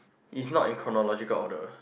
is not in chronological order